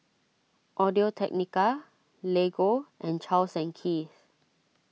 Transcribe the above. Audio Technica Lego and Charles and Keith